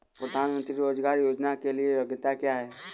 प्रधानमंत्री रोज़गार योजना के लिए योग्यता क्या है?